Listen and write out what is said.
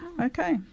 okay